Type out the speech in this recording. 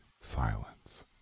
silence